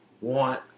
want